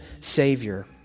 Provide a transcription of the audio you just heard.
Savior